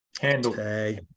Handle